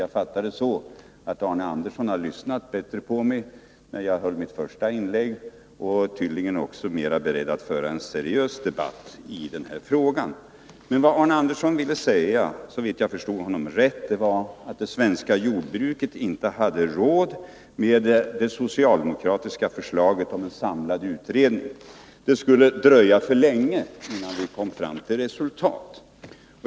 Jag fattar det så att Arne Andersson i Ljung har lyssnat bättre på mig, när jag gjorde mitt första inlägg, och att han tydligen också är mera beredd än jordbruksministern att föra en seriös debatt i den här frågan. Men vad Arne Andersson ville säga, om jag förstod honom rätt, var att det svenska jordbruket inte har råd med det socialdemokratiska förslaget om en samlad utredning — det skulle dröja för länge innan vi kom fram till resultat.